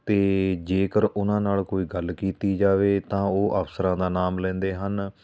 ਅਤੇ ਜੇਕਰ ਉਹਨਾਂ ਨਾਲ ਕੋਈ ਗੱਲ ਕੀਤੀ ਜਾਵੇ ਤਾਂ ਉਹ ਅਫਸਰਾਂ ਦਾ ਨਾਮ ਲੈਂਦੇ ਹਨ